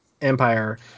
empire